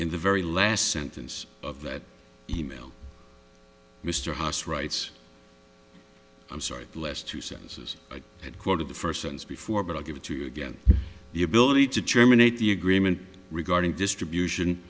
in the very last sentence of that e mail mr haas writes i'm sorry the last two sentences i had quoted the first sentence before but i'll give it to you again the ability to terminate the agreement regarding distribution